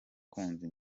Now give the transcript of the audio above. umuziki